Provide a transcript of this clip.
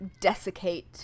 desiccate